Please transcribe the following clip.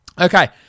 Okay